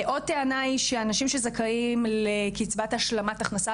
עוד טענה היא שאנשים שזכאיים לקצבת השלמת הכנסה,